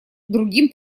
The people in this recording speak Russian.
другим